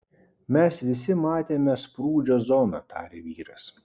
mes visi matėme sprūdžio zoną tarė vyras